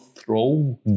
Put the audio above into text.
Throw